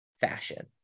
fashion